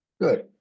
Good